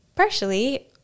Partially